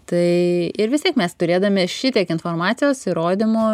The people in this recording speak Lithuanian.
tai ir vis tiek mes turėdami šitiek informacijos įrodymų